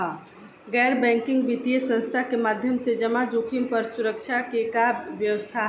गैर बैंकिंग वित्तीय संस्था के माध्यम से जमा जोखिम पर सुरक्षा के का व्यवस्था ह?